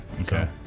Okay